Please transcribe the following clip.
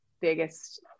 biggest